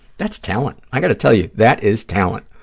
that's talent. i got to tell you, that is talent.